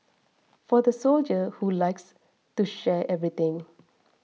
for the soldier who likes to share everything